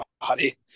body